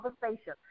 conversation